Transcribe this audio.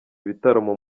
ibitaramo